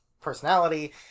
personality